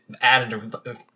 added